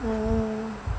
oh